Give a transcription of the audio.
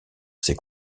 ses